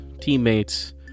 teammates